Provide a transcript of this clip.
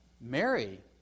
Mary